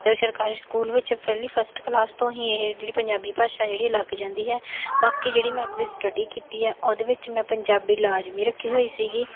ਅਤੇ ਸਰਕਾਰੀ ਸਕੂਲ ਵਿੱਚ ਪਹਿਲੀ ਫਸਟ ਕਲਾਸ ਤੋਂ ਹੀ ਇਹ ਜਿਹੜੀ ਪੰਜਾਬੀ ਭਾਸ਼ਾ ਜਿਹੜੀ ਇਹ ਲੱਗ ਜਾਂਦੀ ਹੈ ਬਾਕੀ ਜਿਹੜੀ ਮੈਂ ਆਪਣੀ ਸਟੱਡੀ ਕੀਤੀ ਹੈ ਉਹਦੇ ਵਿੱਚ ਮੈਂ ਪੰਜਾਬੀ ਲਾਜ਼ਮੀ ਰੱਖੀ ਹੋਈ ਸੀਗੀ